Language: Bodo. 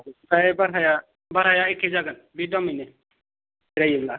आमफ्राय बारहाया बारहाया एखे जागोन बे दामैनो बेरायोब्ला